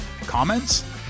Comments